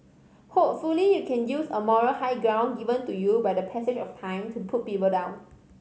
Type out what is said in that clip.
hopefully you can use a moral high ground given to you by the passage of time to put people down